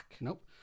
Nope